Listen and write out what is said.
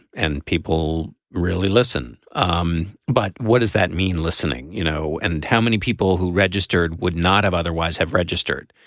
and people really listen. um but what does that mean listening you know. and how many people who registered would not have otherwise have registered.